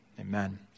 Amen